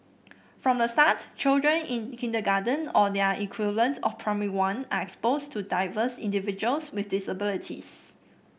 from the start children in kindergarten or their equivalent of Primary One are exposed to diverse individuals with disabilities